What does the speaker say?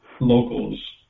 locals